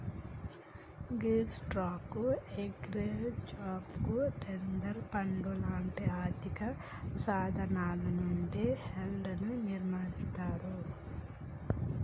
గీ స్టాక్లు, exchange traded పండ్లు లాంటి ఆర్థిక సాధనాలు నుండి హెడ్జ్ ని నిర్మిస్తారు